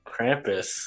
krampus